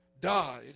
died